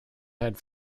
had